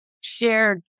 shared